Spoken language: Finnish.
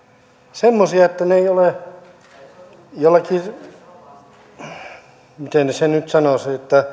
semmoisia että ne eivät ole miten sen nyt sanoisi